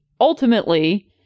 Ultimately